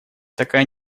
такая